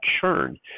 churn